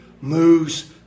moves